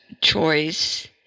choice